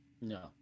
No